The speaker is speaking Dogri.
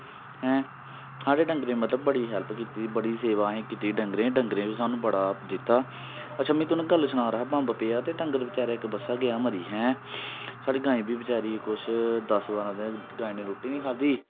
ऐं साढ़े डंगरे मतलब बड़ी हेल्प कीती दी बड़ी सेवा कीती असें डंगरे दी ते डंगरे बी सानूं बड़ा दित्ता अच्छा में थाह्नूं गल्ल सना 'रदा हा बम्ब पेआ ते डंगर बचारे इक बच्छा गेआ मरी ऐं साढ़ी गांई बी बचारी कुछ दस बारां दिन गांई ने रूट्टी निं खाद्धी